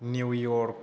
new York